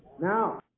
Now